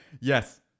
Yes